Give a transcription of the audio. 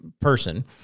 person